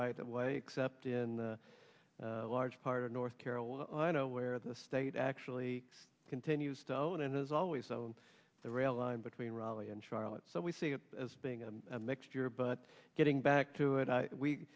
right that way except in a large part of north carolina where the state actually continues stone and is always on the rail line between raleigh and charlotte so we see it as being a mixture but getting back to it